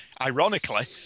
ironically